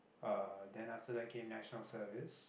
uh then after that came National Service